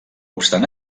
obstant